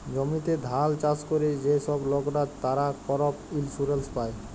জমিতে ধাল চাষ ক্যরে যে ছব লকরা, তারা করপ ইলসুরেলস পায়